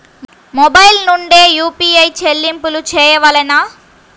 Mobile నుండే UPI చెల్లింపులు చేయవలెనా?